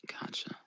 gotcha